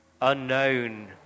unknown